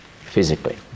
physically